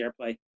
airplay